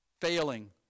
failing